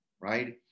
right